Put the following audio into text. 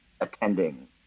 attending